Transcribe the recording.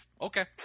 Okay